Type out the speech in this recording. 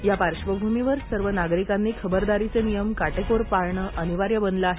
या पार्श्वभूमीवर सर्व नागरिकांनी खबरदारीचे नियम काटेकोर पाळणे अनिवार्य बनले आहे